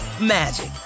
magic